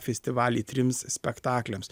festivalį trims spektakliams